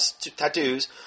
tattoos